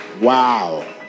wow